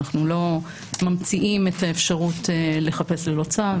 אנחנו לא ממציאים את האפשרות לחפש ללא צו.